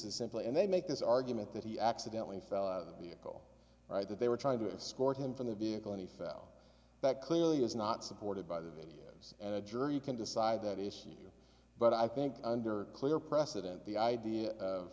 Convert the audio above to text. is simple and they make this argument that he accidentally fell out of the vehicle right that they were trying to score him from the vehicle and he fell that clearly is not supported by the videos and the jury can decide that it's you but i think under clear precedent the idea of